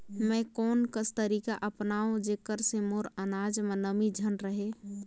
मैं कोन कस तरीका अपनाओं जेकर से मोर अनाज म नमी झन रहे?